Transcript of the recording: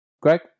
Greg